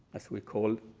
as we call,